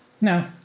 No